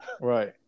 right